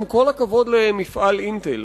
עם כל הכבוד למפעל "אינטל",